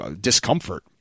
discomfort